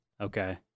Okay